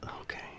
okay